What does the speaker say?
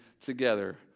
together